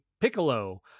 Piccolo